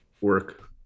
Work